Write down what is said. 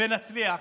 ונצליח,